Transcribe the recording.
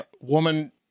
woman